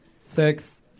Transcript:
Six